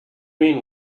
mean